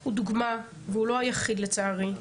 הוא דוגמה והוא לא היחיד, לצערי.